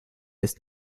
ist